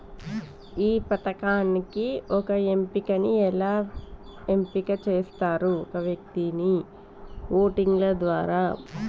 ఈ పథకానికి ఒక వ్యక్తిని ఎలా ఎంపిక చేస్తారు?